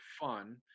fun